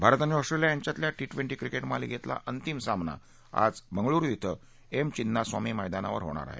भारत आणि ऑस्ट्रेलिया यांच्यातल्या T twenty cricket मालिकेतला अंतिम सामना आज बंगळुरु क्वे एम चिन्नास्वामी मैदानावर होणार आहे